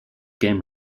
game